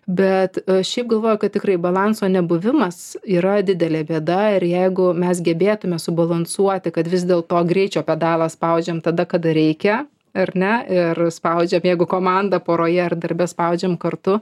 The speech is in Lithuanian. bet šiaip galvoju kad tikrai balanso nebuvimas yra didelė bėda ir jeigu mes gebėtume subalansuoti kad vis dėlto greičio pedalą spaudžiam tada kada reikia ar ne ir spaudžiam jeigu komanda poroje ar darbe spaudžiam kartu